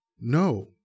No